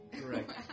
correct